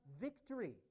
victory